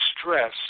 stress